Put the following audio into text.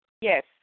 Yes